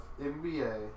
NBA